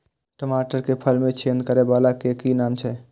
टमाटर के फल में छेद करै वाला के कि नाम छै?